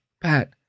Pat